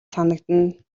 санагдана